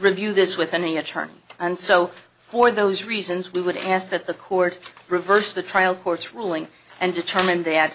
review this with any attorney and so for those reasons we would ask that the court reversed the trial court's ruling and determined th